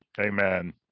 Amen